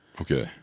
Okay